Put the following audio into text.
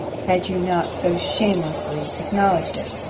had you not so shamelessly acknowledged it.